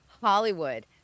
Hollywood